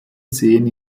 seen